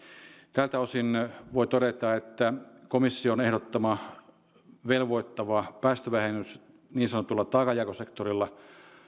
tältä osin voi todeta että komission ehdottama velvoittava päästövähennys niin sanotulla taakanjakosektorilla